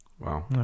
Wow